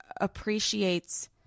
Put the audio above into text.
appreciates